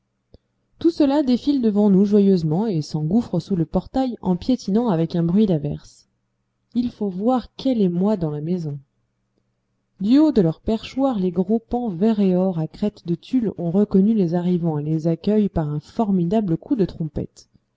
tout cela défile devant nous joyeusement et s'engouffre sous le portail en piétinant avec un bruit d'averse il faut voir quel émoi dans la maison du haut de leur perchoir les gros paons vert et or à crête de tulle ont reconnu les arrivants et les accueillent par un formidable coup de trompette